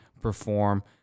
perform